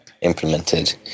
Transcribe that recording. implemented